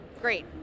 great